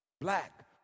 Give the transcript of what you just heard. black